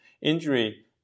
injury